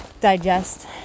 digest